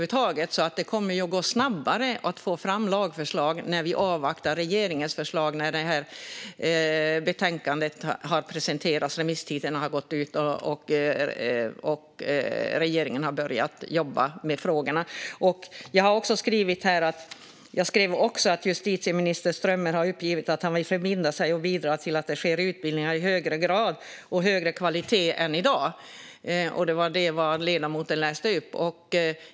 Det går snabbare att få fram lagförslag om vi avvaktar till efter att remisstiden för betänkandet har gått ut och regeringen börjat jobba med frågorna. Jag noterade också att justitieminister Strömmer uppgav att han förbinder sig att bidra till att utbildning sker i högre grad och av högre kvalitet än i dag.